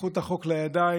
לקחו את החוק לידיים,